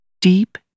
deep